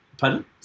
pardon